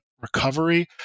recovery